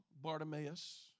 Bartimaeus